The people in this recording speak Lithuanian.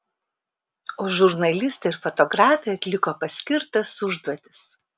o žurnalistai ir fotografė atliko paskirtas užduotis